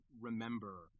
remember